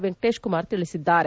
ವೆಂಕಟೇಶ ಕುಮಾರ್ ತಿಳಿಸಿದ್ದಾರೆ